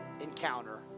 encounter